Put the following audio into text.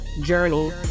journey